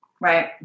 Right